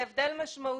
זה הבדל משמעותי.